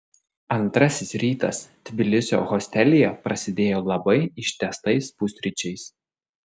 antrasis rytas tbilisio hostelyje prasidėjo labai ištęstais pusryčiais